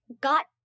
got